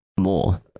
More